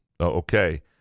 Okay